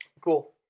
Cool